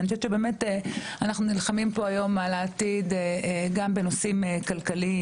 ואני חושבת שבאמת אנחנו נלחמים פה היום על העתיד גם בנושאים כלכליים,